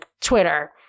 Twitter